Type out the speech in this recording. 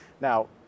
Now